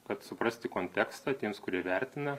kad suprasti kontekstą tiems kurie vertina